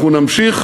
אנחנו נמשיך